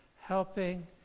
Helping